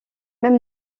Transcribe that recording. même